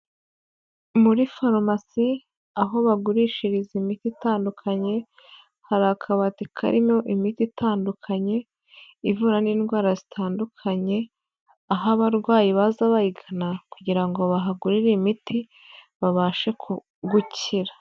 Muri farumasi aho bagurishiriza imiti itandukanye hari akabati karimo imiti itandukanye ivura n'indwara zitandukanye aho abarwayi baza bayigana kugira ngo bahagurire imiti babashe gukira.